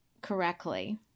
correctly